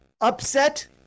upset